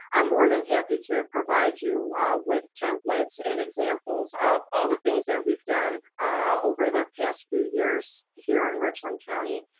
i'm more than happy to provide you with templates and examples of all the things that we've done over the past few years here in richland county.